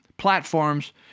platforms